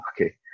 Okay